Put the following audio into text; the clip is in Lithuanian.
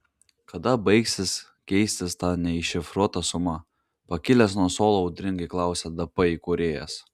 kada baigsis keistis ta neiššifruota suma pakilęs nuo suolo audringai klausė dp įkūrėjas